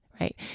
right